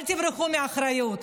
אל תברחו מאחריות.